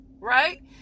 right